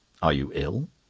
are you ill?